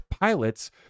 pilots